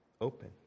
open